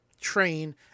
train